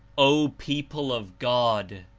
o people of god!